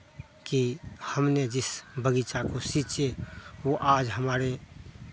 की हमने जिस बगीचा को सींचे वो आज हमारे